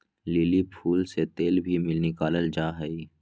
lily फूल से तेल भी निकाला जाहई